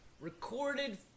Recorded